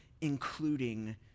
including